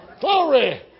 Glory